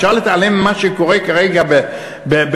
אפשר להתעלם ממה שקורה כרגע בלבנון?